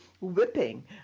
whipping